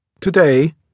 Today